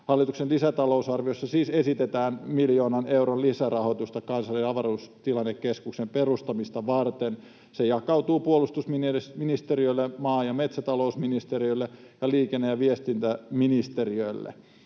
Hallituksen lisätalousarviossa siis esitetään miljoonan euron lisärahoitusta kansallisen avaruustilannekeskuksen perustamista varten. Se jakautuu puolustusministeriölle, maa- ja metsätalousministeriölle ja liikenne- ja viestintäministeriölle.